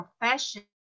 profession